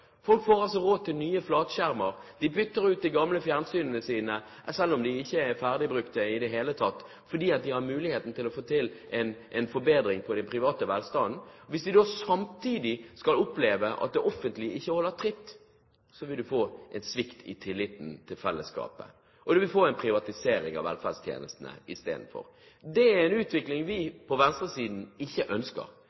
Folk får råd til nye flatskjermer, de bytter ut de gamle fjernsynene sine selv om de ikke er utslitte i det hele tatt, fordi de har mulighet til å få en forbedring i den private velstanden. Hvis man da samtidig opplever at det offentlige ikke holder tritt, vil man få en svikt i tilliten til fellesskapet, og man vil få en privatisering av velferdstjenestene istedenfor. Det er en utvikling vi